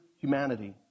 humanity